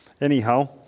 Anyhow